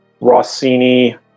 Rossini